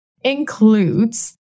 includes